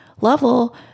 level